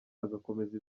agakomeza